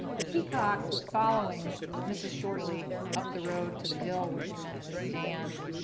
the peacock was following mrs. shortley up the road to the hill where she meant to stand.